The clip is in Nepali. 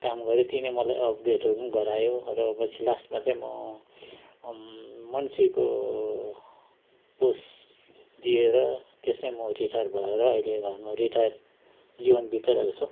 काम गरेँ त्यहीँ नै मलाई अप्ग्रेटहरू पनि गरायो र पछि लास्टमा चाहिँ म मन्सीको पोस्ट दिएर त्यसमै म रिटायर भएर अहिले घरमा रिटायर जीवन बिताइरहेको छु